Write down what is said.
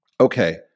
Okay